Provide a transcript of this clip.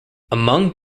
among